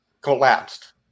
Collapsed